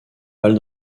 balle